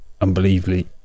unbelievably